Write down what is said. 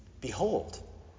Behold